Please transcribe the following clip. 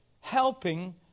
helping